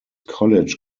college